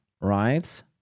right